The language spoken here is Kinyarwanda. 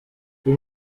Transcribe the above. uyu